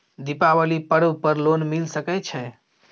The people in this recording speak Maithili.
दीपावली पर्व पर लोन मिल सके छै?